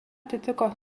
atitiko